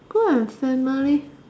group and family